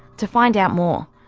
to find out more,